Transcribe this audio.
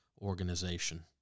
Organization